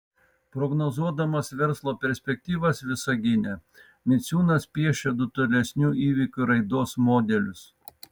prognozuodamas verslo perspektyvas visagine miciūnas piešia du tolesnių įvykių raidos modelius